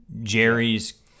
Jerry's